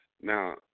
Now